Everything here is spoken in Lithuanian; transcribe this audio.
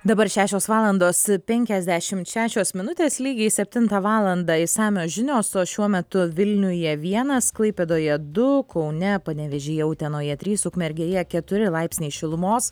dabar šešios valandos penkiasdešimt šešios minutės lygiai septintą valandą išsamios žinios o šiuo metu vilniuje vienas klaipėdoje du kaune panevėžyje utenoje trys ukmergėje keturi laipsniai šilumos